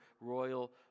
royal